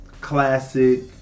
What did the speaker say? classic